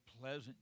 pleasant